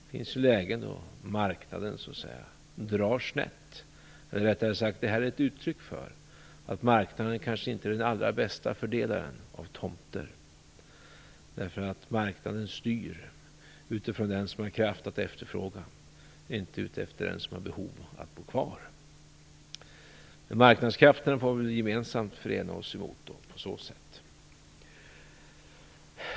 Det finns lägen då marknaden drar snett. Eller rättare sagt: detta är ett uttryck för att marknaden kanske inte är den allra bästa fördelaren av tomter. Marknaden styr utifrån den som har kraft att efterfråga, inte utifrån den som har behov av att bo kvar. Vi får väl gemensamt förena oss mot marknadskrafterna.